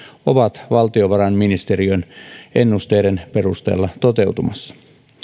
ovat valtiovarainministeriön ennusteiden perusteella toteutumassa